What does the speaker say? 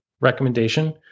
recommendation